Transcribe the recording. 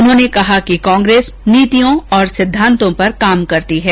उन्होंने कहा कि कांग्रेस नीतियों और सिद्धांतों पर काम करती है